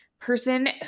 person